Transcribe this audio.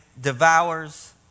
devours